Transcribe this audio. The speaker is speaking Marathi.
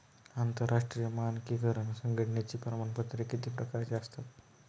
आंतरराष्ट्रीय मानकीकरण संघटनेची प्रमाणपत्रे किती प्रकारची असतात?